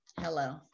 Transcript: Hello